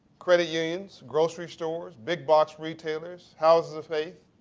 credit unions, grocery stores, big box retailers, houses of faith,